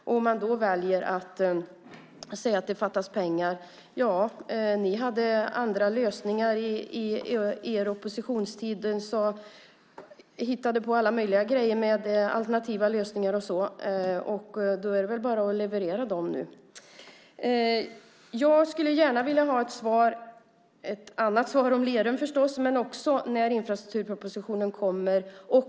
Om man då väljer att säga att det fattas pengar kan jag peka på att ni hade andra lösningar under er oppositionstid och hittade på alla möjliga grejer och alternativa lösningar. Det är väl bara att leverera dem nu. Jag skulle gärna vilja ha ett annat svar om Lerum förstås men också få veta när infrastrukturpropositionen kommer.